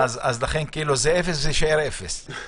לכן, זה אפס וזה יישאר אפס.